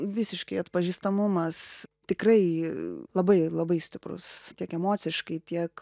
visiškai atpažįstamumas tikrai labai labai stiprus tiek emociškai tiek